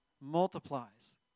multiplies